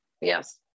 Yes